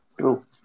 True